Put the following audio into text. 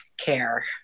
care